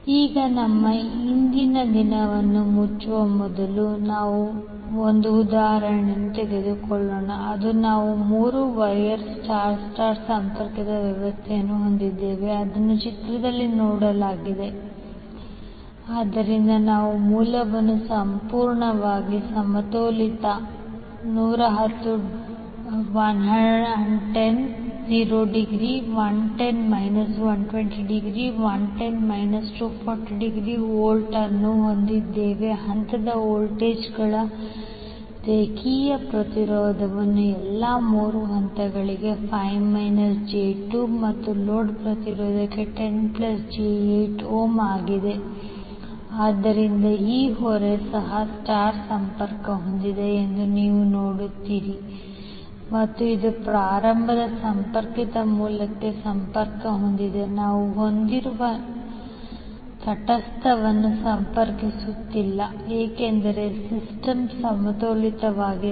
ಈಗ ನಮ್ಮ ಇಂದಿನ ದಿನವನ್ನು ಮುಚ್ಚುವ ಮೊದಲು ನಾವು ಒಂದು ಉದಾಹರಣೆಯನ್ನು ತೆಗೆದುಕೊಳ್ಳೋಣ ಅದನ್ನು ನಾವು ಮೂರು ವೈರ್ ಸ್ಟಾರ್ ಸ್ಟಾರ್ ಸಂಪರ್ಕಿತ ವ್ಯವಸ್ಥೆಯನ್ನು ಹೊಂದಿದ್ದೇವೆ ಅದನ್ನು ಚಿತ್ರದಲ್ಲಿ ನೀಡಲಾಗಿದೆ ಆದ್ದರಿಂದ ನಾವು ಮೂಲವನ್ನು ಸಂಪೂರ್ಣವಾಗಿ ಸಮತೋಲಿತ 110∠0° 110∠ 120° 110∠ 240° ವೋಲ್ಟ್ ಅನ್ನು ಹೊಂದಿದ್ದೇವೆ ಹಂತದ ವೋಲ್ಟೇಜ್ಗಳ ರೇಖೆಯ ಪ್ರತಿರೋಧವು ಎಲ್ಲಾ ಮೂರು ಹಂತಗಳಲ್ಲಿ 5 j 2 ಮತ್ತು ಲೋಡ್ ಪ್ರತಿರೋಧ 10j8ohm ಆಗಿದೆ ಆದ್ದರಿಂದ ಈ ಹೊರೆ ಸಹ star ಸಂಪರ್ಕ ಹೊಂದಿದೆ ಎಂದು ನೀವು ನೋಡುತ್ತೀರಿ ಮತ್ತು ಇದು ಪ್ರಾರಂಭ ಸಂಪರ್ಕಿತ ಮೂಲಕ್ಕೆ ಸಂಪರ್ಕ ಹೊಂದಿದೆ ನಾವು ಹೊಂದಿರುವ ನಾವು ತಟಸ್ಥವನ್ನು ಸಂಪರ್ಕಿಸುತ್ತಿಲ್ಲ ಏಕೆಂದರೆ ಸಿಸ್ಟಮ್ ಸಮತೋಲಿತವಾಗಿದೆ